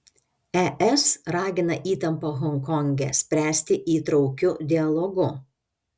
es ragina įtampą honkonge spręsti įtraukiu dialogu